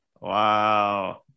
Wow